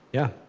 yeah.